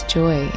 joy